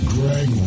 Greg